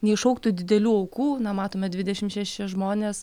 neiššauktų didelių aukų na matome dvidešim šeši žmonės